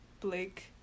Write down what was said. Blake